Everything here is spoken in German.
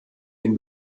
den